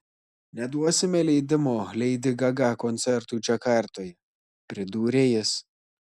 neduosime leidimo leidi gaga koncertui džakartoje pridūrė jis